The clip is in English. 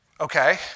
Okay